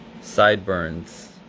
Sideburns